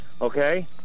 Okay